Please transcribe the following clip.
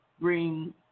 Bring